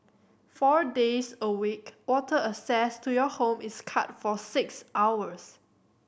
four days a week water access to your home is cut for six hours